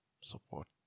support